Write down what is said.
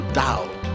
doubt